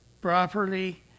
properly